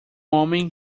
homem